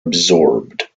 absorbed